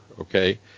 okay